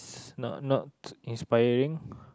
is not not inspiring